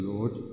Lord